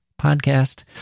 podcast